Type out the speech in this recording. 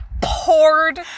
poured